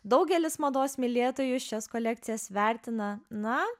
daugelis mados mylėtojų šias kolekcijas vertina na